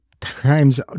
times